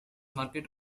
market